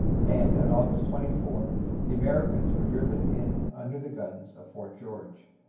and on august twenty four the americans were driven in under the guns of fort george.